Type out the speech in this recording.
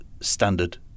standard